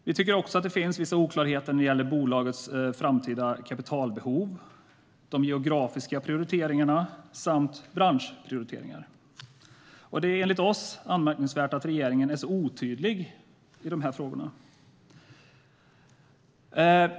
Vi tycker också att det finns vissa oklarheter när det gäller bolagets framtida kapitalbehov, de geografiska prioriteringarna samt branschprioriteringar. Det är enligt oss anmärkningsvärt att regeringen är så otydlig i dessa frågor.